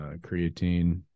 creatine